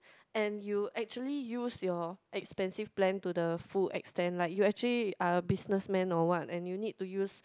and you actually use your expensive plan to the full extent lah you actually ah businessman or what and you need to use